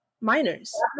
minors